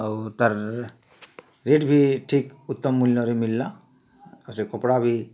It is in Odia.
ଆଉ ତାର୍ ରେଟ୍ ବି ଠିକ୍ ଉତ୍ତମ୍ ମୂଲ୍ୟରେ ମିଲ୍ଲା ଆର୍ ସେ କପଡ଼ା ବି